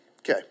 Okay